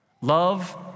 Love